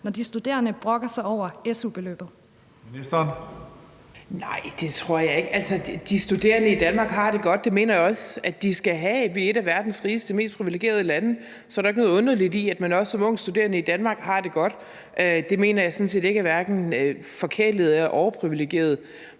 og forskningsministeren (Christina Egelund): Nej, det synes jeg ikke. De studerende i Danmark har det godt, og det mener jeg også de skal have. Vi er et af verdens rigeste og mest privilegerede lande, og så er der jo ikke noget underligt i, at man også som ung studerende i Danmark har det godt. Det mener jeg sådan set hverken er forkælet eller overprivilegeret.